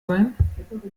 sein